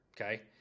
Okay